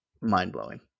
mind-blowing